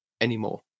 anymore